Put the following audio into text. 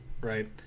right